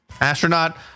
Astronaut